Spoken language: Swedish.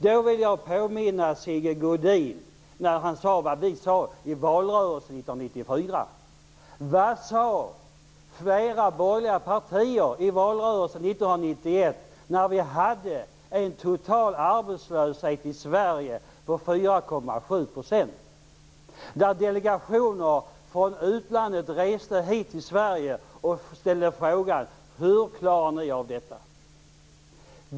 Jag vill påminna Sigge Godin om något. Han sade vad vi sade i valrörelsen 1994. Men vad sade man i flera borgerliga partier i valrörelsen 1991, när den totala arbetslösheten i Sverige var 4,7 %? Vad sade man när delegationer från utlandet reste hit till Sverige och frågade: Hur klarar ni av detta?